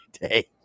day